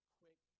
quick